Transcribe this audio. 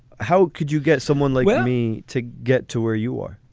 how could you get someone like me to get to where you are?